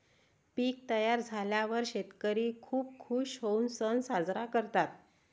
पीक तयार झाल्यावर शेतकरी खूप खूश होऊन सण साजरा करतात